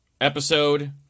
episode